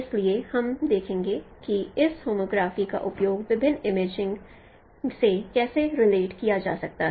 इसलिए हम देखेंगे कि इस होमोग्राफी का उपयोग विभिन्न इमेजिंग से कैसे रिलेट किया जा सकता है